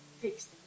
fixed